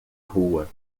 rua